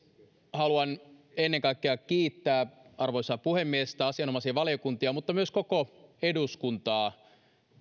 haluan ennen kaikkea kiittää arvoisaa puhemiestä asianomaisia valiokuntia mutta myös koko eduskuntaa